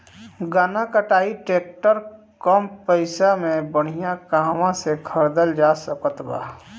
गन्ना कटाई ट्रैक्टर कम पैसे में बढ़िया कहवा से खरिदल जा सकत बा?